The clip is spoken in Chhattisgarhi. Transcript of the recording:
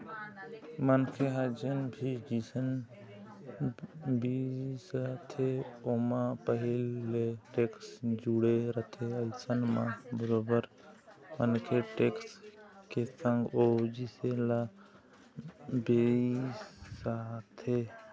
मनखे ह जेन भी जिनिस बिसाथे ओमा पहिली ले टेक्स जुड़े रहिथे अइसन म बरोबर मनखे टेक्स के संग ओ जिनिस ल बिसाथे